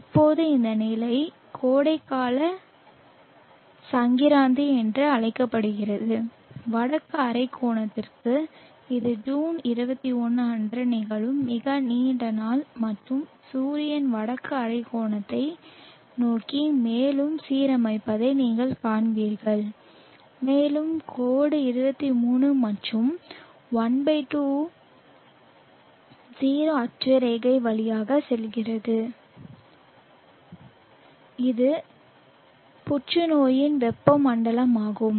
இப்போது இந்த நிலை கோடைகால சங்கிராந்தி என்று அழைக்கப்படுகிறது வடக்கு அரைக்கோளத்திற்கு இது ஜூன் 21 அன்று நிகழும் மிக நீண்ட நாள் மற்றும் சூரியன் வடக்கு அரைக்கோளத்தை நோக்கி மேலும் சீரமைப்பதை நீங்கள் காண்பீர்கள் மேலும் கோடு 23 மற்றும் 12 0 அட்சரேகை வழியாக செல்கிறது இது புற்றுநோயின் வெப்பமண்டலமாகும்